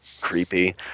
creepy